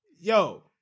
Yo